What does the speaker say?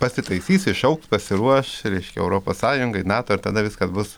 pasitaisys išaugs pasiruoš reiškia europos sąjungai nato ir tada viskas bus